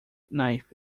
knife